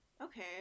Okay